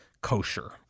kosher